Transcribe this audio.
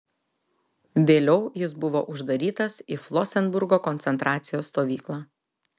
vėliau jis buvo uždarytas į flosenburgo koncentracijos stovyklą